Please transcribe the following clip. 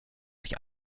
sich